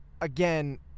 Again